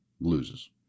loses